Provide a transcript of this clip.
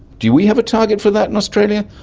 do we have a target for that in australia?